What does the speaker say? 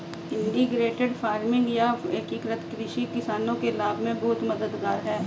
integrated farming या एकीकृत कृषि किसानों के लाभ में बहुत मददगार है